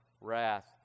wrath